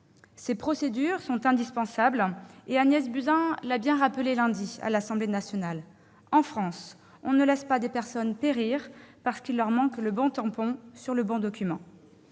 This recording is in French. Ces procédures sont indispensables. Agnès Buzyn l'a bien rappelé lundi à l'Assemblée nationale :« en France, on ne laisse pas des personnes périr parce qu'il leur manque le bon tampon sur le bon document.